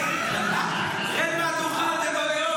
רד מהדוכן, דמגוג.